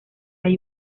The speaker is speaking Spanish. hay